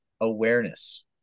awareness